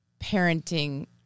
parenting